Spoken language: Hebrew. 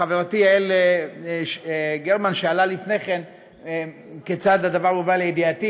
חברתי יעל גרמן שאלה לפני כן כיצד הדבר הובא לידיעתי.